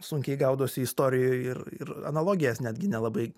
sunkiai gaudosi istorijoj ir ir analogijas netgi nelabai